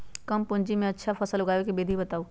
कम पूंजी में अच्छा फसल उगाबे के विधि बताउ?